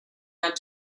had